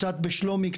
קצת בשלומי,